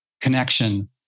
connection